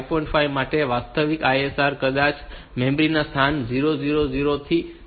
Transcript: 5 માટે આ વાસ્તવિક ISR કદાચ મેમરી સ્થાન 2000 થી સ્થિત છે